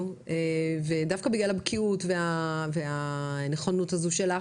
ודווקא בגלל הבקיאות והנכונות הזו שלך,